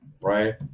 right